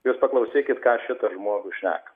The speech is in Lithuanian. jūs paklausykit ką šitas žmogus šneka